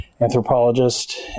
anthropologist